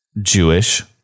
Jewish